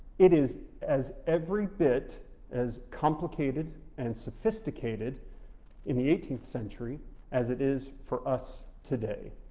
it is as every bit as complicated and sophisticated in the eighteenth century as it is for us today.